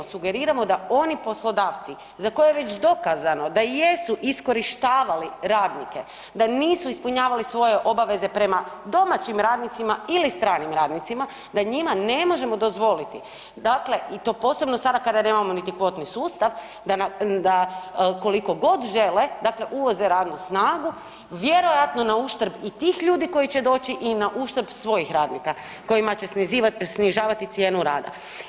Sugeriramo da oni poslodavci za koje je već dokazano da jesu iskorištavali radnike, da nisu ispunjavali svoje obaveze prema domaćim radnicima ili stranim radnicima, da njima ne možemo dozvoliti, dakle i to posebno sada kada nemamo niti kvotni sustav, da koliko god žele dakle uvoze radnu snagu vjerojatno na uštrb i tih ljudi koji će doći i na uštrb svojih radnika kojima će snižavati cijenu rada.